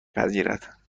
پذیرد